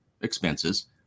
expenses